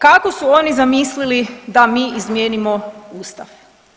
Kako su oni zamislili da mi izmijenimo Ustav?